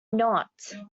not